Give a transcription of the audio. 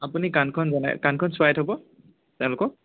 আপুনি কাণখন জনাই কাণখন ছোৱাই থ'ব তেওঁলোকক